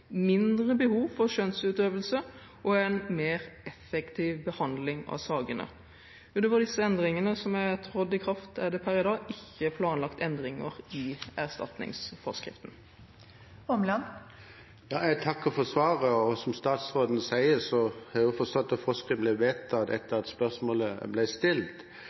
mindre behov for skjønnsutøvelse og en mer effektiv behandling av sakene. Utover disse endringene som er trådt i kraft, er det per i dag ikke planlagt endringer i erstatningsforskriften. Jeg takker for svaret. Som statsråden sier, har jeg også forstått at forskriften ble vedtatt etter at spørsmålet ble stilt.